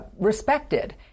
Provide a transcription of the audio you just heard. respected